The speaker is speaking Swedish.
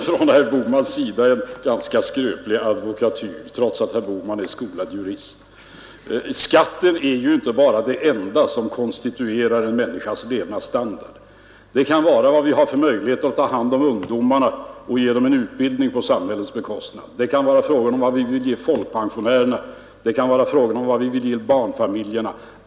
Herr talman! Det är en ganska skröplig advokatyr som herr Bohman presterar trots att herr Bohman är skolad jurist. Skatten är ju inte det enda som konstituerar en människas levnadsstandard. Till den hör exempelvis våra möjligheter att ge ungdomarna en utbildning på samhällets bekostnad. Det kan vara fråga om vad vi vill ge folkpensionärerna. Det kan vara fråga om vad vi vill ge barnfamiljerna.